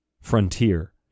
frontier